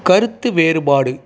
கருத்து வேறுபாடு